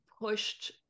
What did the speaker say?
pushed